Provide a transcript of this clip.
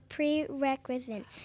Prerequisite